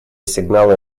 сигналы